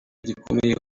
gikomeye